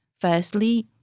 Firstly